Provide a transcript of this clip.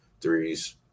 threes